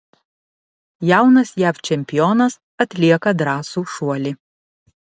jaunas jav čempionas atlieka drąsų šuolį